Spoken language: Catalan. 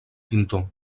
pintor